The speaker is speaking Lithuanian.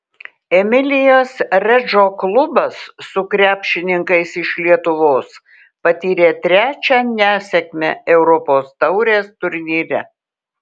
emilijos redžo klubas su krepšininkais iš lietuvos patyrė trečią nesėkmę europos taurės turnyre